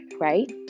right